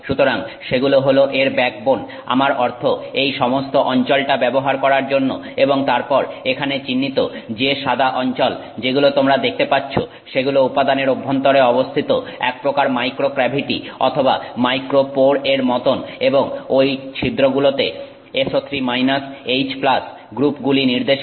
সুতরাং সেগুলো হলো এর ব্যাকবোন আমার অর্থ এই সমস্ত অঞ্চলটা ব্যবহার করার জন্য এবং তারপর এখানে চিহ্নিত যে সাদা অঞ্চল যেগুলো তোমরা দেখতে পাচ্ছ সেগুলো উপাদানের অভ্যন্তরে অবস্থিত একপ্রকার মাইক্রোক্যাভিটি অথবা মাইক্রোপোর এর মতন এবং ঐ ছিদ্রগুলোতে SO3 H গ্রুপগুলি নির্দেশিত